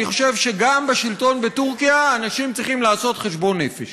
אני חושב שגם בשלטון בטורקיה אנשים צריכים לעשות חשבון נפש.